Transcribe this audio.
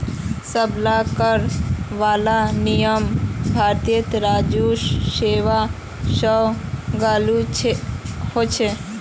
सब ला कर वाला नियम भारतीय राजस्व सेवा स्व लागू होछे